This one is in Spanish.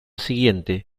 siguiente